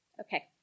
Okay